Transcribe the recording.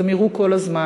אז הם יראו כל הזמן.